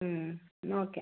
മ് എന്നാൽ ഓക്കെ